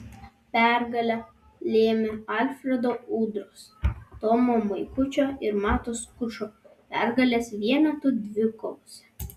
pergalę lėmė alfredo udros tomo mikučio ir mato skučo pergalės vienetų dvikovose